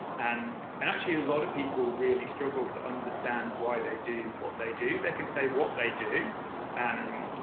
and and actually, a lot of people really struggle to understand why they do what they do. they can say what they do and um